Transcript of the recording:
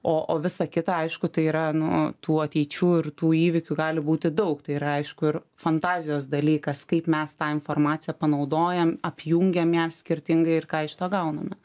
o o visa kita aišku tai yra nu tų ateičių ir tų įvykių gali būti daug tai yra aišku ir fantazijos dalykas kaip mes tą informaciją panaudojam apjungiam ją skirtingai ir ką iš to gauname